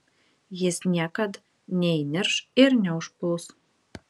jis niekad neįnirš ir neužpuls